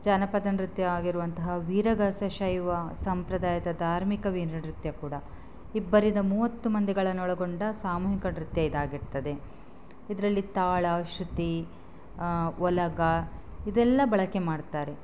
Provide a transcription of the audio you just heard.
ಜಾನಪದ ನೃತ್ಯ ಆಗಿರುವಂತಹ ವೀರಗಾಸೆ ಶೈವ ಸಂಪ್ರದಾಯದ ಧಾರ್ಮಿಕ ವೀರ ನೃತ್ಯ ಕೂಡ ಇಬ್ಬರಿಂದ ಮೂವತ್ತು ಮಂದಿಗಳನ್ನೊಳಗೊಂಡ ಸಾಮೂಹಿಕ ನೃತ್ಯ ಇದಾಗಿರ್ತದೆ ಇದರಲ್ಲಿ ತಾಳ ಶ್ರುತಿ ಓಲಗ ಇದೆಲ್ಲ ಬಳಕೆ ಮಾಡ್ತಾರೆ